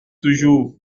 toujours